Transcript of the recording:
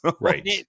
Right